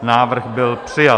Návrh byl přijat.